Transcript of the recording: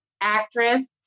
actress